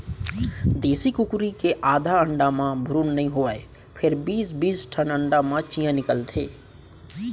देसी कुकरी के आधा अंडा म भ्रून नइ होवय फेर बीस बीस ठन अंडा म चियॉं निकलथे